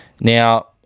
Now